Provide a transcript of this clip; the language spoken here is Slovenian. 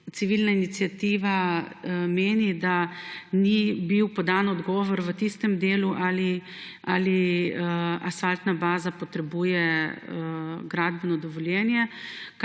civilna iniciativa meni, da ni bil podan odgovor v istem delu, ali asfaltna baza potrebuje gradbeno dovoljenje.